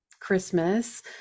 christmas